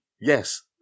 yes